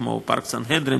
כמו פארק סנהדרין,